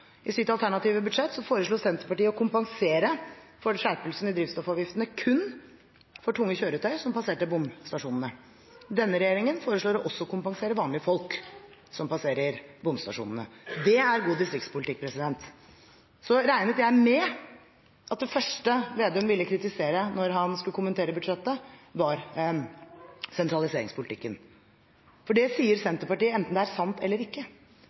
I sitt alternative budsjett foreslo Senterpartiet å kompensere for skjerpelsene i drivstoffavgiftene kun for tunge kjøretøy som passerer bomstasjonene. Denne regjeringen foreslår også å kompensere vanlige folk som passerer bomstasjonene. Det er god distriktspolitikk. Så regnet jeg med at det første Slagsvold Vedum ville kritisere når han skulle kommentere budsjettet, ville være sentraliseringspolitikken – for det sier Senterpartiet, enten det er sant eller ikke.